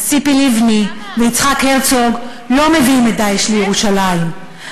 אז ציפי לבני ויצחק הרצוג לא מביאים את "דאעש" לירושלים,